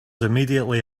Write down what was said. immediately